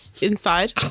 inside